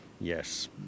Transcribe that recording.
Yes